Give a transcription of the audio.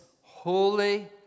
holy